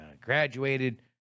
graduated